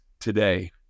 today